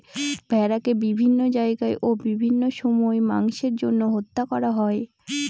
ভেড়াকে বিভিন্ন জায়গায় ও বিভিন্ন সময় মাংসের জন্য হত্যা করা হয়